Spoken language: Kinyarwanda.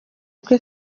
rwe